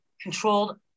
controlled